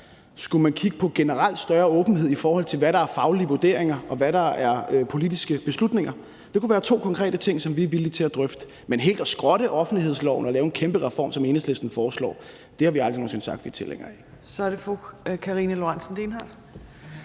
Skulle man kigge på generelt større åbenhed, i forhold til hvad der er faglige vurderinger, og hvad der er politiske beslutninger? Det kunne være to konkrete ting, som vi er villige til at drøfte. Men helt at skrotte offentlighedsloven og lave en kæmpe reform, som Enhedslisten foreslår, har vi aldrig nogen sinde sagt, vi er tilhængere af.